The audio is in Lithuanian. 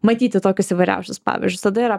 matyti tokius įvairiausius pavyzdžiui tada yra